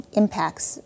impacts